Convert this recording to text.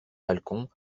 balcon